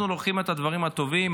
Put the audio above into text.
אנחנו לוקחים את הדברים הטובים,